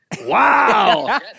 Wow